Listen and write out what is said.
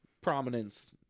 prominence